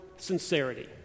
sincerity